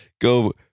go